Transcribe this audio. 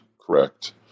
correct